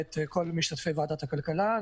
ואת כל משתתפי ועדת הכלכלה.